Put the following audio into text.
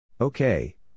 Okay